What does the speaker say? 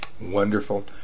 Wonderful